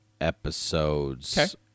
episodes